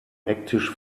ecktisch